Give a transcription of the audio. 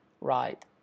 right